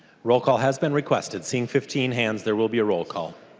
roll call has been requested. seeing fifteen hands there will be a roll call.